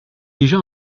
déjà